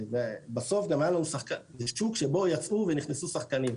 בסוף זה שוק שבו יצאו ונכנסו שחקנים.